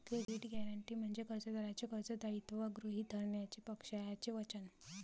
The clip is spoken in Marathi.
क्रेडिट गॅरंटी म्हणजे कर्जदाराचे कर्ज दायित्व गृहीत धरण्याचे पक्षाचे वचन